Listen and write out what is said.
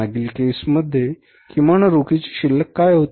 मागील केस मध्ये किमान रोखीची शिल्लक काय होती